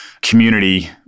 Community